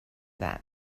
that